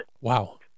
Wow